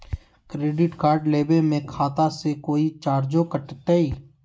Credit card लेवे में खाता से कोई चार्जो कटतई?